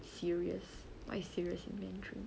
serious what's serious in mandarin